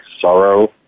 sorrow